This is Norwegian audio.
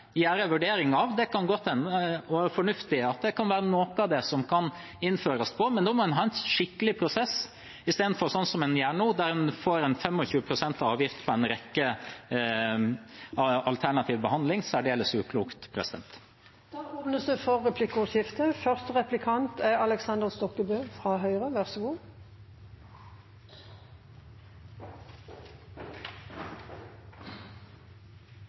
en vurdering av det. Det kan godt hende at det kan være noe av dette som det kan innføres på, men da må en ha en skikkelig prosess, istedenfor sånn som en gjør nå, der en får 25 pst. avgift på en rekke alternative behandlinger – særdeles uklokt. Det blir replikkordskifte. Med Høyre blir det